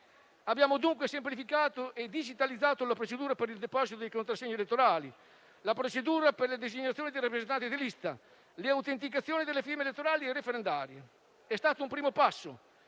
Abbiamo, dunque, semplificato e digitalizzato la procedura per il deposito dei contrassegni elettorali, la procedura per le designazioni dei rappresentanti di lista, le autenticazioni delle firme elettorali e referendarie. È stato un primo passo,